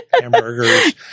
hamburgers